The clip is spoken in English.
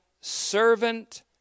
servant